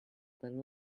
than